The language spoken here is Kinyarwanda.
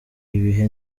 bihe